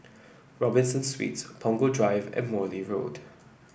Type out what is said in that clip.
Robinson Suites Punggol Drive and Morley Road